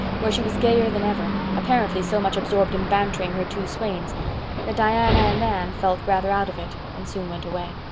where she was gayer than ever, apparently so much absorbed in bantering her two swains that diana and anne felt rather out of it and soon went away.